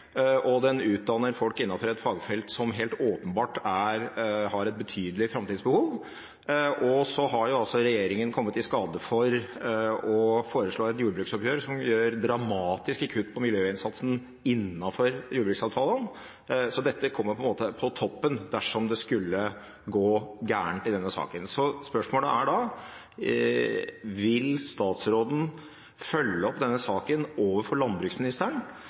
og den utdanner folk innenfor et fagfelt som helt åpenbart har et betydelig framtidsbehov. Så har jo regjeringen kommet i skade for å foreslå et jordbruksoppgjør som gjør dramatiske kutt på miljøinnsatsen innenfor jordbruksavtalen, så dette kommer på en måte på toppen, dersom det skulle gå gærent i denne saken. Spørsmålet er da: Vil statsråden følge opp denne saken overfor landbruksministeren,